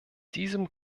diesem